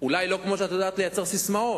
אולי לא כמו שאת יודעת לייצר ססמאות,